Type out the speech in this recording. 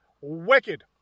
Wicked